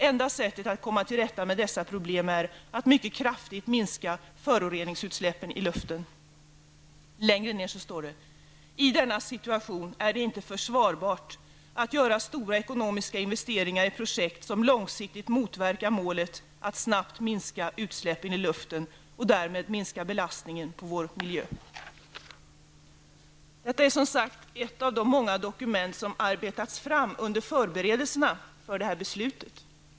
Enda sättet att komma till rätta med dessa problem är att mycket kraftigt minska föroreningsutsläppen i luften.'' Längre ned står det: ''I denna situation är det inte försvarbart att göra stora ekonomiska investeringar i projekt som långsiktigt motverkar målet att snabbt minska utsläppen i luften och därmed minska belastningen på vår miljö.'' Detta är som sagt ett av de många dokument som har arbetats fram under förberedelserna för det här beslutet.